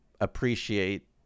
appreciate